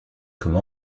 comme